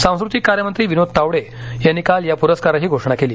सांस्कृतिक कार्यमंत्री विनोद तावडेयांनी काल या पुरस्काराची घोषणा केली